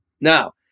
Now